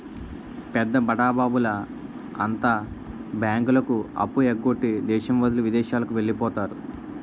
పెద్ద బడాబాబుల అంతా బ్యాంకులకు అప్పు ఎగ్గొట్టి దేశం వదిలి విదేశాలకు వెళ్లిపోతారు